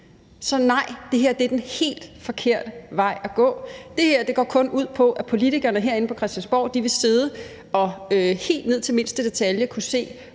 Så nej, det her er den helt forkerte vej at gå. Det her går kun ud på, at politikerne herinde på Christiansborg vil sidde og kunne se helt ned til mindste detalje hvordan